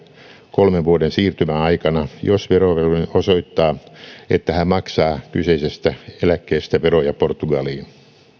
kolmen vuoden siirtymäaikana jos verovelvollinen osoittaa että hän maksaa kyseisestä eläkkeestä veroja portugaliin